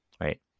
right